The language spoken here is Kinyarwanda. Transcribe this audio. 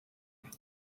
ati